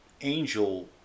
angel